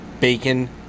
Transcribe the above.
BACON